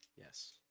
Yes